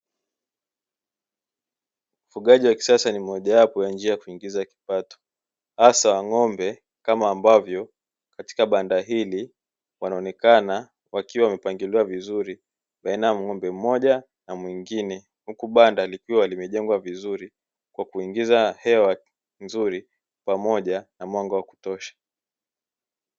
Ufugaji wa kisasa ni mojawapo ya njia ya kuingiza kipato hasa wa ng'ombe kama ambavyo katika banda hili wanaonekana wakiwa wamepangiliwa vizuri baina ya ng'ombe mmoja na mwingine, huku banda likiwa limejengwa vizuri kwa kuingiza hewa nzuri pamoja na mwanga wa kutosha.